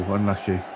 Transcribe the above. Unlucky